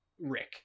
Rick